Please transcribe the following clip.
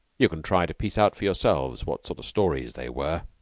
you can try to piece out for yourselves what sort of stories they were.